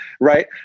right